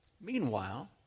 Meanwhile